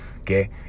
okay